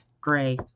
gray